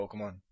Pokemon